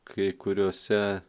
kai kuriuose